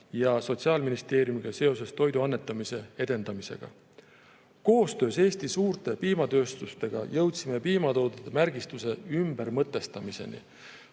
ja Sotsiaalministeeriumiga seoses toidu annetamise edendamisega. Koostöös Eesti suurte piimatööstustega jõudsime piimatoodete märgistuse ümbermõtestamiseni.